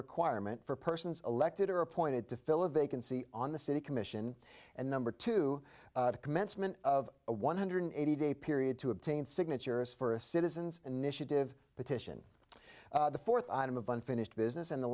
requirement for persons elected or appointed to fill a vacancy on the city commission and number two the commencement of a one hundred eighty day period to obtain signatures for a citizens initiative petition the fourth item of unfinished business and the